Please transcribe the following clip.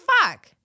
fuck